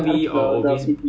很 boring 的